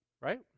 Right